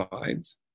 sides